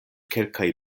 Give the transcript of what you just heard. kelkaj